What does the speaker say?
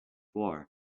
war